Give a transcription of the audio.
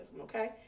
okay